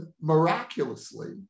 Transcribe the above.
miraculously